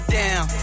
down